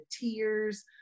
tears